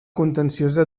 contenciosa